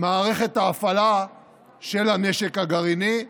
מערכת ההפעלה של הנשק הגרעיני,